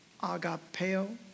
agapeo